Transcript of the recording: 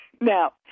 Now